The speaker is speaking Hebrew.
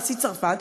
נשיא צרפת,